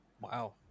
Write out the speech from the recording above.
Wow